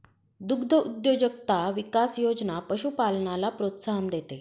दुग्धउद्योजकता विकास योजना पशुपालनाला प्रोत्साहन देते